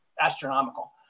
astronomical